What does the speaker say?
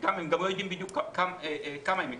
והן גם לא יודעות בדיוק כמה הן תקבלנה,